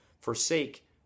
forsake